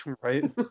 right